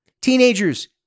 Teenagers